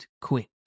quick